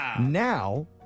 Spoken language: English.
now